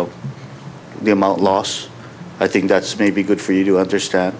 at the amount loss i think that's maybe good for you to understand